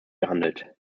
gehandelt